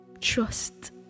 trust